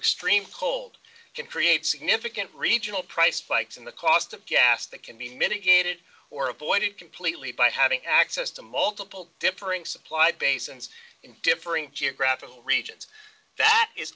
extreme cold can create significant regional price spikes in the cost of gas that can be mitigated or avoided completely by having access to multiple differing supply basins in differing geographical regions that is